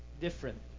different